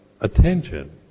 attention